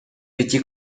пяти